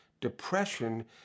Depression